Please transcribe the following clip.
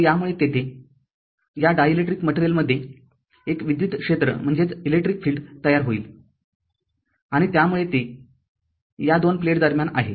तर यामुळे तेथे या डायलेक्ट्रिक मटेरियलमध्ये एक विद्युत क्षेत्र तयार होईल आणि त्यामुळे ते या दोन प्लेट दरम्यान आहे